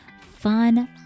fun